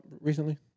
recently